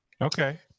Okay